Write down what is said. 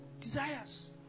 desires